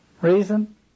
Reason